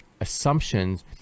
assumptions